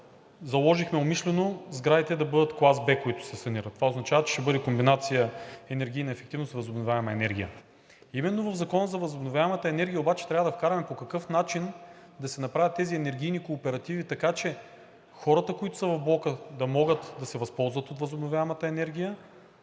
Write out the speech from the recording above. заложихме умишлено сградите да бъдат клас „B“, които се санират. Това означава, че ще бъде комбинация енергийна ефективност-възобновяема енергия. Именно в Закона за възобновяемата енергия обаче трябва да вкараме по какъв начин да се направят тези енергийни кооперативи, така че хората, които са в блока, да могат да се възползват от възобновяемата енергия.